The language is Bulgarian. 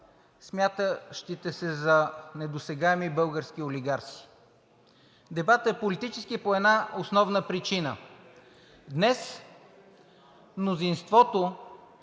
смятащите се за недосегаеми български олигарси. Дебатът е политически по една основна причина: днес мнозинството